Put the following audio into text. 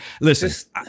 listen